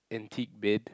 antique bed